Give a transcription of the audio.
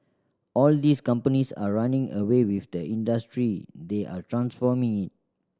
all these companies are running away with the industry they are transforming it